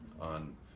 on